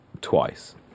twice